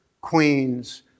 queens